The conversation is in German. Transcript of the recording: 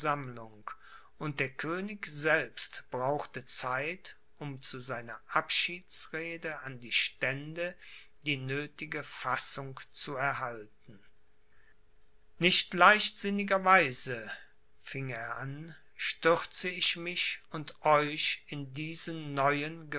und der könig selbst brauchte zeit um zu seiner abschiedsrede an die stände die nöthige fassung zu erhalten nicht leichtsinniger weise fing er an stürze ich mich und euch in diesen neuen